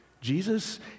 Jesus